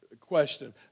question